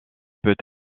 peut